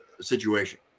situation